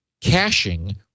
caching